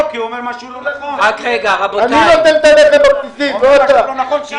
אני נותן את הלחם בבסיסים ולא אתה.